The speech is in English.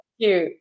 cute